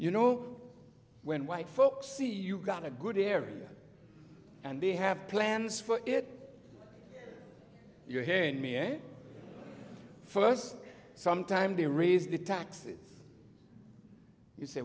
you know when white folks see you've got a good area and they have plans for it you hear me at first some time to raise the taxes you say